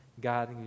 God